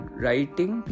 writing